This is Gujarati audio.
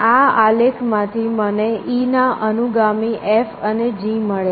આ આલેખ માંથી મને E ના અનુગામી F અને G મળ્યા